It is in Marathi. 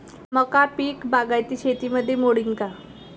मका पीक बागायती शेतीमंदी मोडीन का?